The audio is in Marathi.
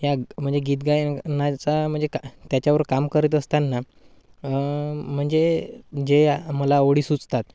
ह्या म्हणजे गीत गायनाचा म्हणजे का त्याच्यावर काम करत असताना म्हणजे जे मला ओळी सुचतात